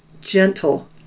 gentle